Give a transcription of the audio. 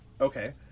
Okay